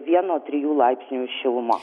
vieno trijų laipsnių šiluma